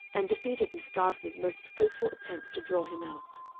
and defeated miss garvice's most skilful attempts to draw him out.